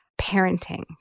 parenting